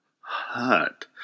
Hut